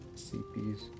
CPs